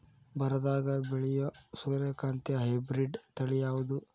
ಬರದಾಗ ಬೆಳೆಯೋ ಸೂರ್ಯಕಾಂತಿ ಹೈಬ್ರಿಡ್ ತಳಿ ಯಾವುದು?